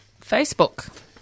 Facebook